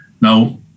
Now